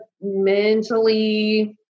mentally